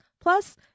Plus